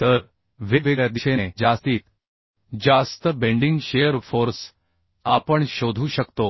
तर वेगवेगळ्या दिशेने जास्तीत जास्त बेंडिंग शिअर फोर्स आपण शोधू शकतो